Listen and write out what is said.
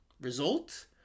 result